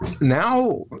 now